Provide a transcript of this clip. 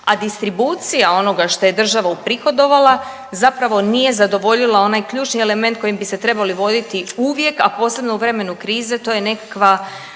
a distribucija onoga što je država uprihodovala zapravo nije zadovoljila onaj ključni element kojim bi se trebali voditi uvijek, a posebno u vremenu krize, to je nekakva